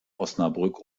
osnabrück